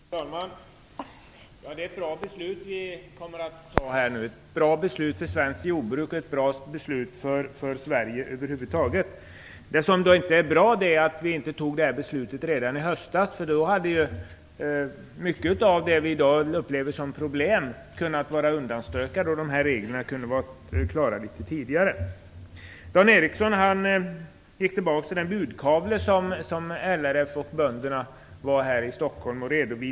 Fru talman! Det är ett bra beslut som vi nu kommer att fatta. Det är ett bra beslut för svenskt jordbruk och för Sverige över huvud taget. Det som inte är bra är att vi inte fattade det här beslutet redan i höstas. Då hade ju mycket av det som vi i dag upplever som problem kunnat vara undanstökat och reglerna hade kunnat införas litet tidigare. Dan Ericsson gick tillbaka i tiden och talade om den budkavle som LRF och bönderna var här i Stockholm och lämnande.